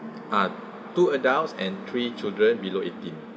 ah two adults and three children below eighteen